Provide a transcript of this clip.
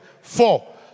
Four